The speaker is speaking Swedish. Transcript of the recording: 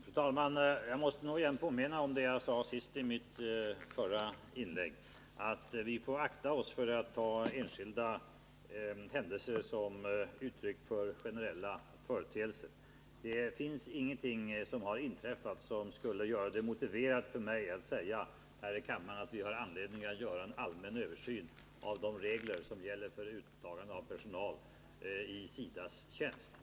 Fru talman! Jag måste nog påminna om det jag sade i mitt förra inlägg, nämligen att vi får akta oss för att ta enstaka händelser som uttryck för generella företeelser. Ingenting har inträffat som motiverar att jag här i kammaren säger att vi bör göra en allmän översyn av de regler som gäller för uttagande av personal i SIDA:s tjänst.